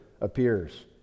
appears